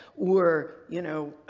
or, you know,